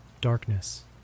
darkness